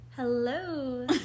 hello